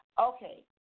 Okay